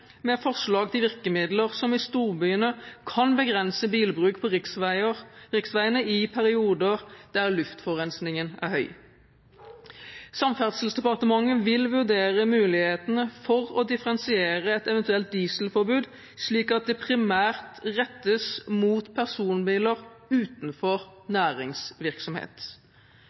med forslag til virkemidler som i storbyene kan begrense bilbruk på riksveiene i perioder der luftforurensningen er høy. Samferdselsdepartementet vil vurdere mulighetene for å differensiere et eventuelt dieselforbud slik at det primært rettes mot personbiler utenfor